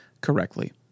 correctly